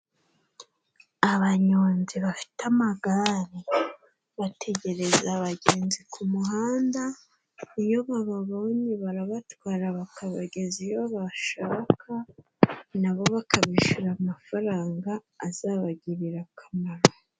Abanyonzi bafite amagare bategereza abagenzi ku muhanda, iyo bababonye barabatwara bakabageza iyo bashaka, nabo bakabishura amafaranga azabagirira akamaro.